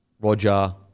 Roger